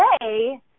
today